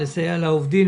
לסייע לעובדים,